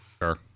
Sure